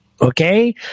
Okay